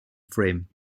frame